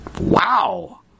Wow